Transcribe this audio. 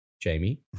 Jamie